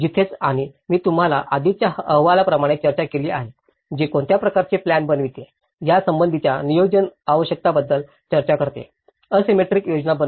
तिथेच आणि मी तुम्हाला आधीच्या अहवालाप्रमाणे चर्चा केली आहे जे कोणत्या प्रकारचे प्लॅन बनवते यासंबंधीच्या नियोजन आवश्यकतांबद्दल चर्चा करते असिमेट्रिकल योजना बनवू नका